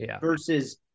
versus